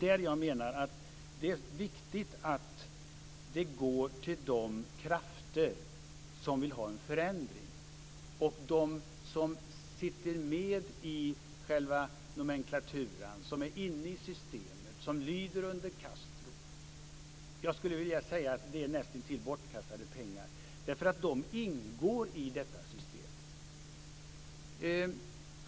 Det är viktigt att de går till de krafter som vill ha en förändring. Om de går till dem som sitter med i nomenklaturan, som är inne i systemet och som lyder under Castro är det nästintill bortkastade pengar, eftersom dessa företrädare ingår i detta system.